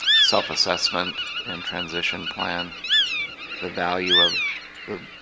self-assessment and transition plan the value of the